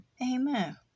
Amen